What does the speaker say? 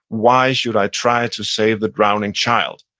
why should i try to save the drowning child,